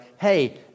hey